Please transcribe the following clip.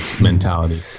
mentality